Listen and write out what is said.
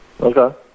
Okay